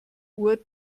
uhr